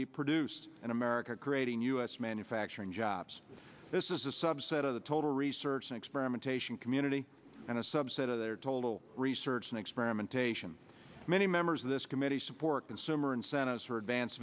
be produced in america creating u s manufacturing jobs this is a subset of the total research and experimentation community and a subset of their total research and experimentation many members of this committee support consumer incentives for advance